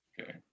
Okay